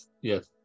Yes